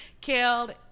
Killed